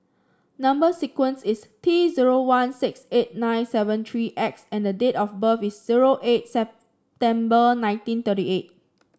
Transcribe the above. number sequence is T zero one six eight nine seven three X and the date of birth is zero eight September nineteen thirty eight